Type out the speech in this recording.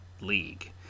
League